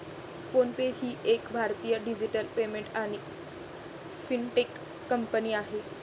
phone पे ही एक भारतीय डिजिटल पेमेंट आणि फिनटेक कंपनी आहे